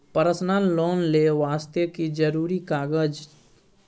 Personal loan ले वास्ते की जरुरी कागज?